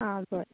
आ बरें